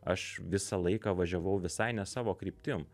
aš visą laiką važiavau visai ne savo kryptim